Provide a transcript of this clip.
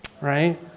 Right